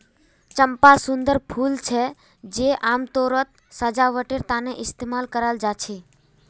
चंपा सुंदर फूल छे जे आमतौरत सजावटेर तने इस्तेमाल कराल जा छे